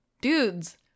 dudes